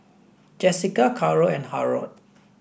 Jesica Karol and Harold